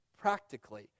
practically